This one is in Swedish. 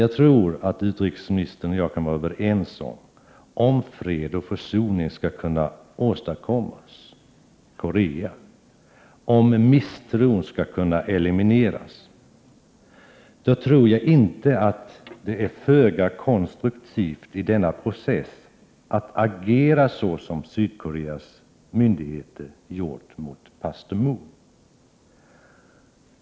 Jag tror att utrikesministern och jag kan vara överens om att det, om fred och försoning skall kunna åstadkommas i Korea och om misstron skall kunna elimineras, är föga konstruktivt i denna process att agera såsom Sydkoreas myndigheter har gjort när det gäller pastor Moon.